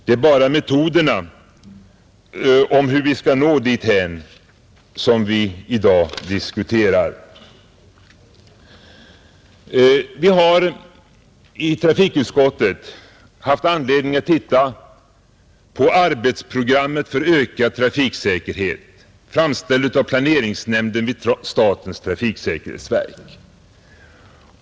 Det är bara metoderna för hur vi skall nå dithän som vi i dag diskuterar. Vi har i trafikutskottet haft anledning att titta på arbetsprogrammet för ökad trafiksäkerhet, framställt av planeringsnämnden vid statens trafiksäkerhetsverk.